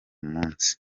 munsi